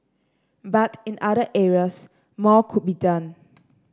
but in other areas more could be done